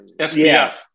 SPF